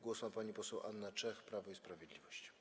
Głos ma pani poseł Anna Czech, Prawo i Sprawiedliwość.